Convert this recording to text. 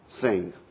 sing